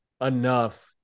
enough